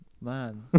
Man